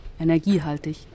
energiehaltig